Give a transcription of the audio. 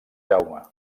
jaume